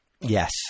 yes